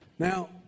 Now